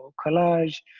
collage,